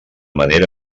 manera